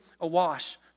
awash